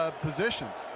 positions